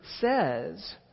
says